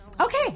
Okay